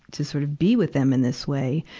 to sort of be with them in this way.